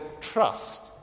trust